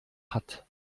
hat